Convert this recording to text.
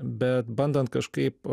bet bandant kažkaip